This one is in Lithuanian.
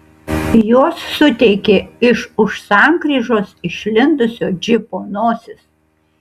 jos suteikė iš už sankryžos išlindusio džipo nosis